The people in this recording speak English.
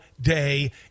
day